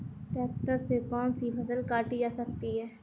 Tractor से कौन सी फसल काटी जा सकती हैं?